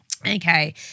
Okay